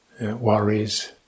Worries